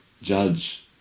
judge